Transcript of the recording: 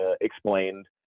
explained